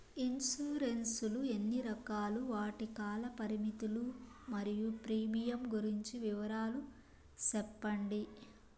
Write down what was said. Insurance లు ఎన్ని రకాలు? వాటి కాల పరిమితులు మరియు ప్రీమియం గురించి వివరాలు సెప్పండి?